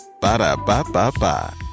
Ba-da-ba-ba-ba